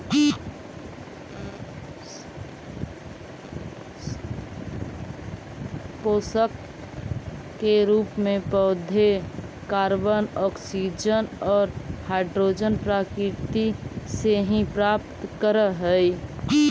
पोषकतत्व के रूप में पौधे कॉर्बन, ऑक्सीजन और हाइड्रोजन प्रकृति से ही प्राप्त करअ हई